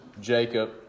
Jacob